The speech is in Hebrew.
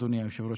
אדוני היושב-ראש,